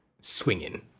swinging